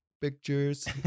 pictures